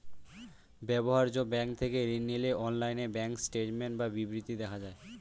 ব্যবহার্য ব্যাঙ্ক থেকে ঋণ নিলে অনলাইনে ব্যাঙ্ক স্টেটমেন্ট বা বিবৃতি দেখা যায়